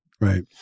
Right